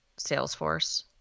Salesforce